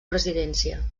presidència